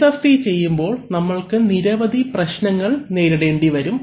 SFC ചെയ്യുമ്പോൾ നമ്മൾക്ക് നിരവധി പ്രശ്നങ്ങൾ നേരിടേണ്ടിവരും